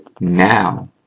now